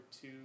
two